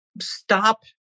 stop